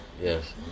Yes